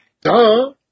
Duh